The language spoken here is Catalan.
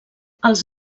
els